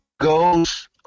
goes